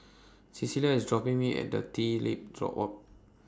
Clella IS dropping Me At The TreeTop Walk